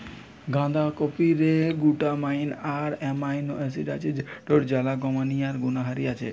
বাঁধাকপিরে glutamine আর amino acid আছে যৌটার জ্বালা কমানিয়ার গুণহারি আছে